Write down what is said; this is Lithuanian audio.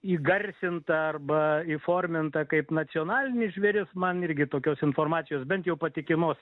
įgarsinta arba įforminta kaip nacionalinis žvėris man irgi tokios informacijos bent jau patikimos